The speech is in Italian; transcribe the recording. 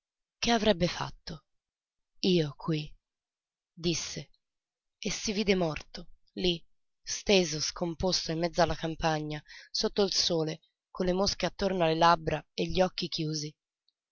che avrebbe fatto io qui disse e si vide morto lí steso scomposto in mezzo alla campagna sotto il sole con le mosche attorno alle labbra e gli occhi chiusi